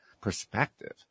perspective